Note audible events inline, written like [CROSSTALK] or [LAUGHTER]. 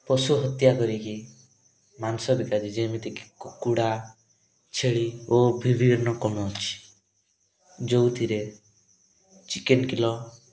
ପଶୁ ହତ୍ୟା କରିକି ମାଂସ ବିକାଯାଏ ଯେମିତିକି କୁକୁଡ଼ା ଛେଳି ଓ ବିଭିନ୍ନ [UNINTELLIGIBLE] ଅଛି ଯେଉଁଥିରେ ଚିକେନ କିଲ